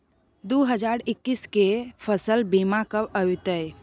दु हजार एक्कीस के फसल बीमा कब अयतै?